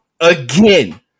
Again